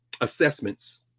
Assessments